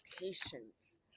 Patience